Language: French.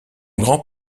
grand